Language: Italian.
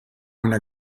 una